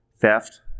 theft